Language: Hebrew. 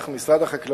אנחנו במשרד החקלאות